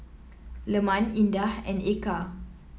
Leman Indah and Eka